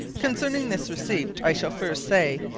concerning this receipt i shall first say,